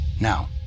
Now